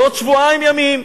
בעוד שבועיים ימים,